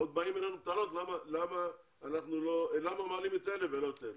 עוד באים אלינו בטענות למה מעלים את אלה ולא את אלה.